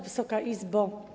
Wysoka Izbo!